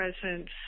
Presence